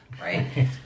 right